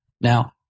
Now